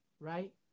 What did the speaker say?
right